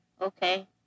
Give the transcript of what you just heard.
Okay